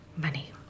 money